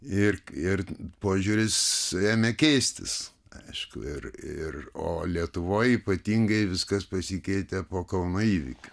ir ir požiūris ėmė keistis aišku ir ir o lietuvoj ypatingai viskas pasikeitė po kauno įvykių